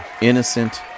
innocent